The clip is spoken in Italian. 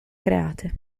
create